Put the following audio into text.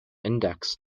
index